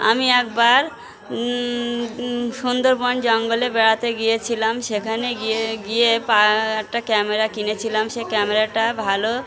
আমি একবার সুন্দরবন জঙ্গলে বেড়াতে গিয়েছিলাম সেখানে গিয়ে গিয়ে পা একটা ক্যামেরা কিনেছিলাম সে ক্যামেরাটা ভালো